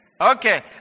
Okay